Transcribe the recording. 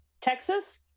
Texas